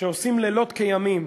שעושים לילות כימים